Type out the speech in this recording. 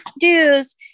dues